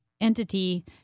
entity